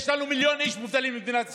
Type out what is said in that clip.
יש לנו מיליון איש מובטלים במדינת ישראל.